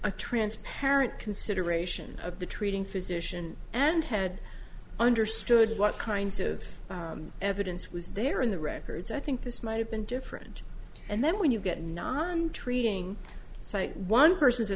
a transparent consideration of the treating physician and had understood what kinds of evidence was there in the records i think this might have been different and then when you get non treating psych one person's a